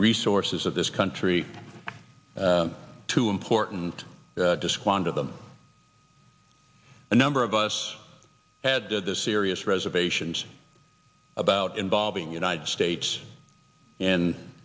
resources of this country to important to squander them a number of us had did this serious reservations about involving united states and